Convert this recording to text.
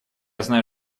знаю